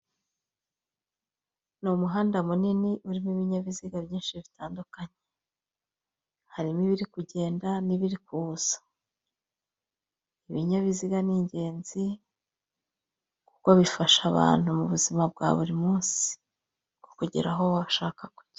Ni umuhanda munini urimo ibinyabiziga byinshi bitandukanye, harimo ibiri kugenda n'ibiri kuza, ibinyabiziga ni ingenzi kuko bifasha abantu mu buzima bwa buri munsi, kukugera aho waba ushaka kujya.